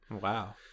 wow